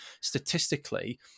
statistically